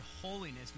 holiness